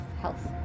health